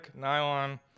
nylon